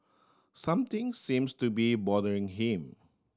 something seems to be bothering him